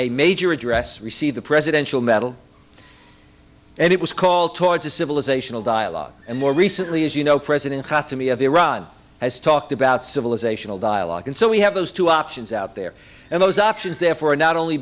a major address receive the presidential medal and it was called towards a civilizational dialogue and more recently as you know president katsumi of iran has talked about civilizational dialogue and so we have those two options out there and those options therefore are not only